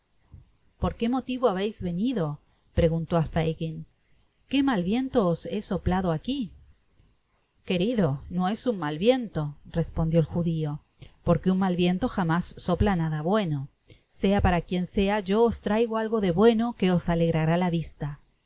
por qué motivo habeis venido preguntó á fagin qu'é mal viento os he soplado aqui querido no es un mal viento respondió el judio porque un mal viento jamás sopla nada bueno sea para quien sea y yo os traigo algo de bueno que os alegrará la vista